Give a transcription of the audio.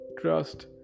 trust